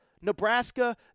Nebraska